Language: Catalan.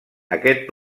aquest